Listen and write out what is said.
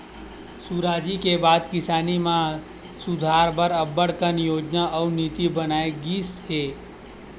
सुराजी के बाद किसानी म सुधार बर अब्बड़ कन योजना अउ नीति बनाए गिस हे